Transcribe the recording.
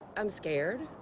i'm scared.